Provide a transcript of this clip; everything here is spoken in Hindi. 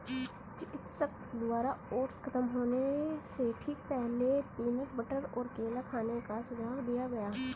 चिकित्सक द्वारा ओट्स खत्म होने से ठीक पहले, पीनट बटर और केला खाने का सुझाव दिया गया